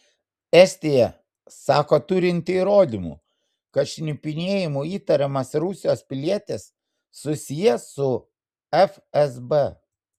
estija sako turinti įrodymų kad šnipinėjimu įtariamas rusijos pilietis susijęs su fsb